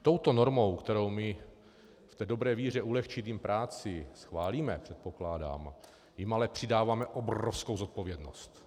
Touto normou, kterou v dobré víře ulehčit jim práci schválíme, předpokládám, jim ale přidáváme obrovskou zodpovědnost.